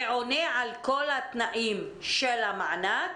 שעונה על כל התנאים של המענק,